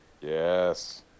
Yes